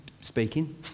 speaking